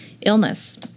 illness